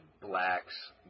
blacks